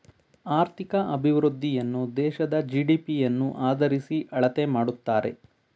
ಆರ್ಥಿಕ ಅಭಿವೃದ್ಧಿಯನ್ನು ದೇಶದ ಜಿ.ಡಿ.ಪಿ ಯನ್ನು ಆದರಿಸಿ ಅಳತೆ ಮಾಡುತ್ತಾರೆ